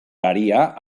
garia